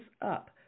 up